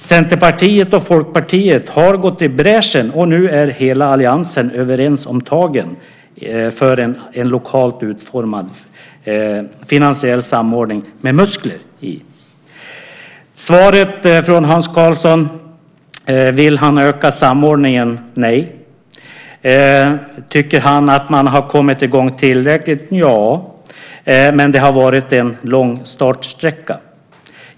Centerpartiet och Folkpartiet har gått i bräschen, och nu är hela alliansen överens om tagen för en lokalt utformad finansiell samordning med muskler i. Svaret från Hans Karlsson på frågan om han vill öka samordningen är: Nej. Tycker han att man har kommit i gång tillräckligt? Nja, men det har varit en lång startsträcka.